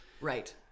right